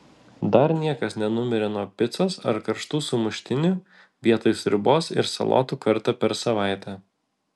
dar niekas nenumirė nuo picos ar karštų sumuštinių vietoj sriubos ir salotų kartą per savaitę